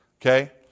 Okay